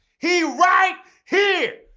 he right here!